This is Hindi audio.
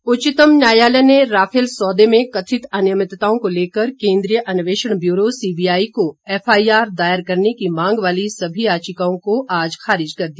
राफेल उच्चतम न्यायालय ने राफेल सौदे में कथित अनियमितताओं को लेकर केंद्रीय अन्वेषण ब्यूरो सीबीआई को एफआईआर दायर करने की मांग वाली सभी याचिकाओं को आज खारिज कर दिया